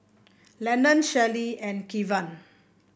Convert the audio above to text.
Lenon Shelly and Kevan